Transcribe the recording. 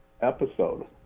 episode